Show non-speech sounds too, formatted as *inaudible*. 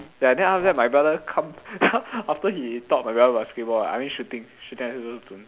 ya then after that my brother come *laughs* after he taught my brother basketball ah I mean shooting shooting I also